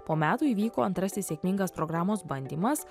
po metų įvyko antrasis sėkmingas programos bandymas